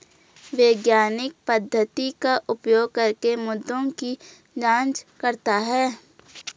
वैज्ञानिक पद्धति का उपयोग करके मुद्दों की जांच करता है